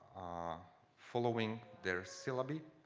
are following their syllabi.